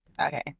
Okay